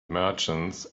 merchants